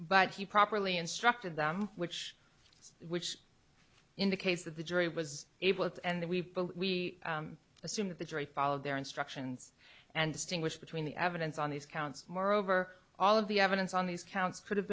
but he properly instructed them which is which in the case that the jury was able to and we've been we assume that the jury followed their instructions and distinguish between the evidence on these counts moreover all of the evidence on these counts could have